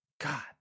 God